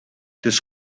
this